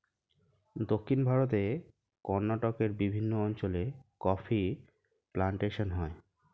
দক্ষিণ ভারতে কর্ণাটকের বিভিন্ন অঞ্চলে কফি প্লান্টেশন হয়